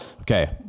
okay